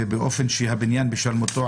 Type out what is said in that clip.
ובאופן שהבניין בשלמותו,